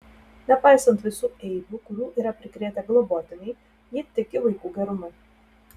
nepaisant visų eibių kurių yra prikrėtę globotiniai ji tiki vaikų gerumu